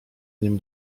nim